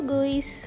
Guys